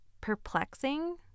perplexing